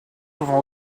pouvant